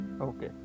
okay